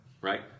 right